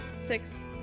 Six